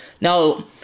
Now